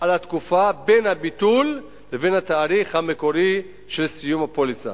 על התקופה בין הביטול לבין התאריך המקורי של סיום הפוליסה.